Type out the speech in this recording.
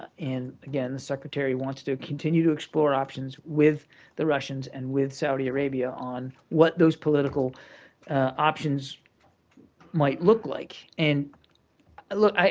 and again, the secretary wants to continue to explore options with the russians and with saudi arabia on what those political options might look like. and look,